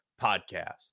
podcast